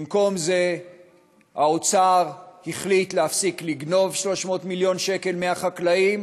במקום זה האוצר החליט להפסיק לגנוב 300 מיליון שקל מהחקלאים